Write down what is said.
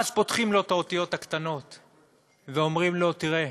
ואז פותחים להם את האותיות הקטנות ואומרים: תראו,